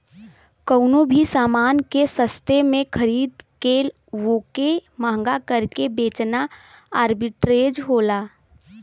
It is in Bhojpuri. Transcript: कउनो भी समान के सस्ते में खरीद के वोके महंगा करके बेचना आर्बिट्रेज होला